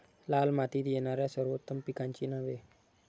लाल मातीत येणाऱ्या सर्वोत्तम पिकांची नावे?